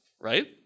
right